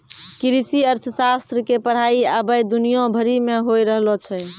कृषि अर्थशास्त्र के पढ़ाई अबै दुनिया भरि मे होय रहलो छै